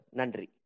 Nandri